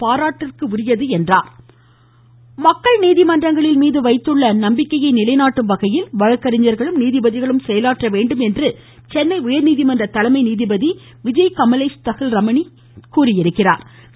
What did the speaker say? இருவரி மக்கள் நீதிமன்றங்களின் மீது வைத்துள்ள நம்பிக்கையை நிலைநாட்டும் வகையில் வழக்கறிஞர்களும் நீதிபதிகளும் செயலாற்ற வேண்டும் என சென்னை உயர்நீதிமன்ற தலைமை நீதிபதி விஜய் கமலேஷ் தஹில் ரமணி தெரிவித்துள்ளார்